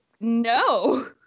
no